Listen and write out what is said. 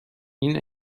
این